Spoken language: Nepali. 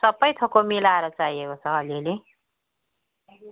सबै थोकको मिलाएर चाहिएको छ अलिअलि